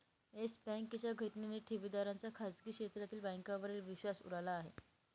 yes बँकेच्या घटनेने ठेवीदारांचा खाजगी क्षेत्रातील बँकांवरील विश्वास उडाला आहे